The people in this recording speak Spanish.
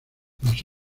las